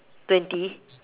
twenty